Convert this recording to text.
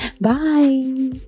Bye